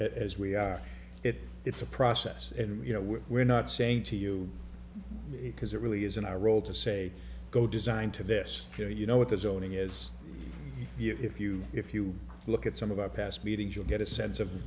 as we are it it's a process and you know we're we're not saying to you because it really isn't our role to say go designed to this pier you know what the zoning is if you if you look at some of our past meetings you'll get a sense of